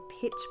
Pitch